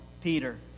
Peter